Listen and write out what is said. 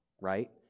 right